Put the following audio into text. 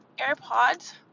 airpods